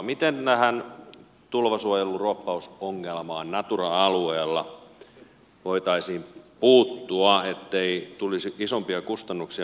miten tähän tulvasuojelu ruoppausongelmaan natura alueella voitaisiin puuttua ettei tulisi isompia kustannuksia myöhemmin